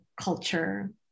culture